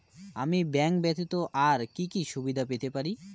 আমি ব্যাংক ব্যথিত আর কি কি সুবিধে পেতে পারি?